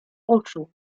oczu